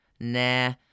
nah